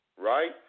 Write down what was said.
Right